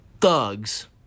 thugs